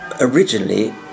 originally